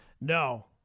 No